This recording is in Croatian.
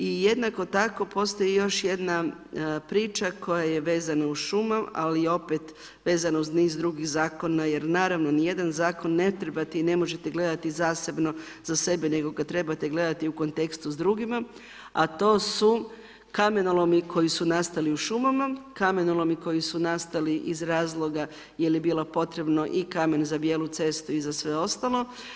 I jednako tako postoji još jedna priča koja je vezana uz šume, ali opet vezana uz niz drugih zakona, jer naravno nijedan zakon ne trebate i ne možete gledati zasebno za sebe, nego kad trebate gledati u kontekstu s drugima, a to su kamenolomi koji su nastali u šumama, kamenolomi koji su nastali iz razloga je li bilo potrebno i kamen za bijelu cestu i za sve ostalo.